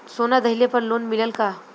सोना दहिले पर लोन मिलल का?